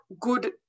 good